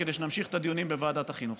כדי שנמשיך את הדיונים בוועדת החינוך.